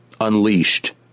unleashed